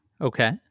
Okay